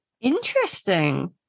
Interesting